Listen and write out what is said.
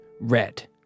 red